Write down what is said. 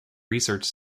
research